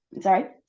sorry